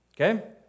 Okay